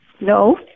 No